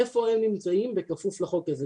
איפה הם נמצאים בכפוף לחוק הזה?